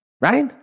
right